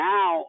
Now